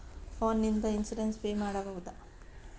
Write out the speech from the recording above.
Phone ನಿಂದ insurance pay ಮಾಡಬಹುದ?